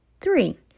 Three